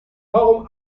warum